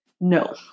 no